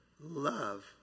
Love